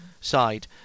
side